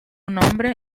nombre